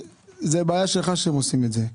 זאת בעיה שלך שהם עושים את זה.